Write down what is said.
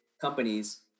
companies